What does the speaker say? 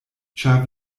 ĉar